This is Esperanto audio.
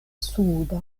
suda